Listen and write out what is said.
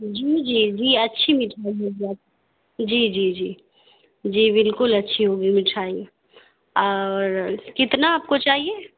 جی جی جی اچھی مٹھائی ملے گی آپ کو جی جی جی جی بالکل اچھی ہوگی مٹھائی اور کتنا آپ کو چاہیے